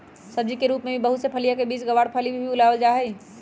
सब्जी के रूप में भी बहुत से फलियां, बींस, गवारफली और सब भी उगावल जाहई